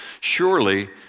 surely